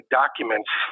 documents